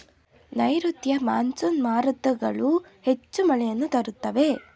ನೈರುತ್ಯ ಮಾನ್ಸೂನ್ ಮಾರುತಗಳು ಹೆಚ್ಚು ಮಳೆಯನ್ನು ತರುತ್ತವೆ